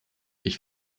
ich